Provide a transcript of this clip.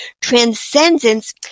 Transcendence